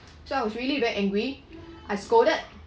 so I was really very angry I scolded